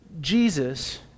Jesus